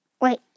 Wait